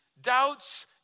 doubts